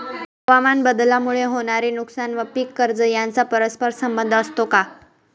हवामानबदलामुळे होणारे नुकसान व पीक कर्ज यांचा परस्पर संबंध असतो का?